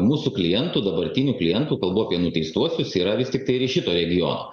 mūsų klientų dabartinių klientų kalbu apie nuteistuosius yra vis tiktai ir iš šito regiono